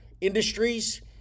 industries